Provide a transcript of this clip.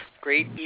great